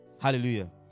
Hallelujah